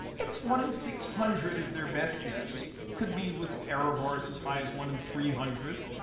it's one in six hundred is their best guess. could be with error bars as high as one in three hundred.